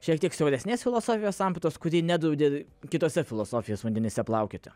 šiek tiek siauresnės filosofijos sampratos kuri nedraudė kituose filosofijos vandenyse plaukioti